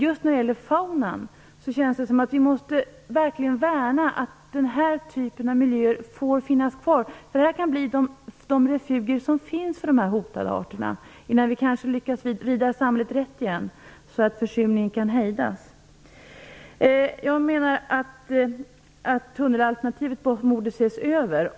Just när det gäller faunan måste vi verkligen se till att den här typen av miljöer får finnas kvar. Detta kan bli en av de refuger som finns för de hotade arterna, innan vi lyckas vrida samhället rätt igen så att försurningen kan hejdas. Jag anser att tunnelalternativet borde ses över.